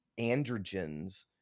androgens